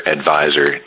Advisor